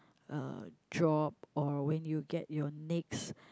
uh job or when you get your next